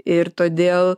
ir todėl